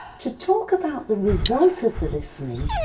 to talk about the result of the listening,